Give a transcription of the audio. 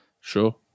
Sure